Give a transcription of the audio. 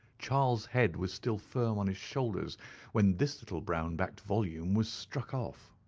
charles' head was still firm on his shoulders when this little brown-backed volume was struck off.